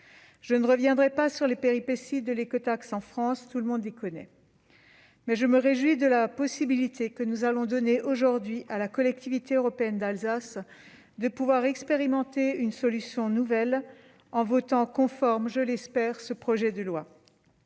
Je ne reviendrai pas sur les péripéties de l'écotaxe en France, que tout le monde connaît, mais je me réjouis que nous puissions donner aujourd'hui à la Collectivité européenne d'Alsace la possibilité d'expérimenter une solution nouvelle en votant conforme, je l'espère, ce projet de loi.